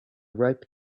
ripe